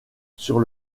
sur